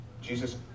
Jesus